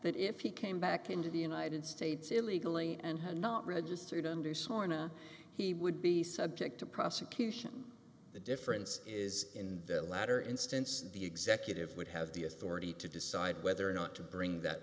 that if he came back into the united states illegally and had not registered under sarna he would be subject to prosecution the difference is in the latter instance the executive would have the authority to decide whether or not to bring that